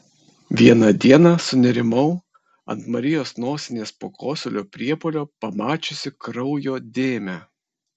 vieną dieną sunerimau ant marijos nosinės po kosulio priepuolio pamačiusi kraujo dėmę